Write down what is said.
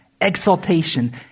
exaltation